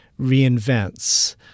reinvents